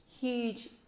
huge